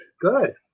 Good